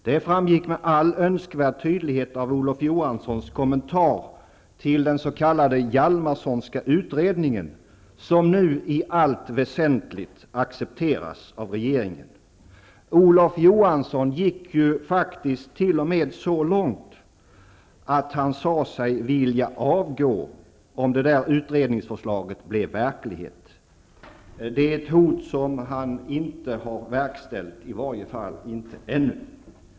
Det framgick med all önskvärd tydlighet av Olof Johanssons kommentar till den s.k. Hjalmarssonska utredningen, som nu i allt väsentligt accepteras av regeringen. Olof Johansson gick ju faktiskt t.o.m. så långt att han sade sig vilja avgå om utredningsförslaget blev verklighet. Det är ett hot som han inte har verkställt, i varje fall inte ännu.